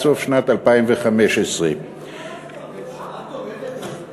סוף שנת 2015. הממשלה תומכת בהסתייגויות שלך?